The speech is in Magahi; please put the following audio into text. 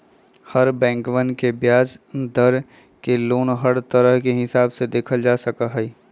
हर बैंकवन के ब्याज दर के लोन हर तरह के हिसाब से देखल जा सका हई